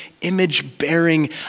image-bearing